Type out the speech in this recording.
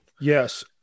Yes